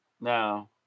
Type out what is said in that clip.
no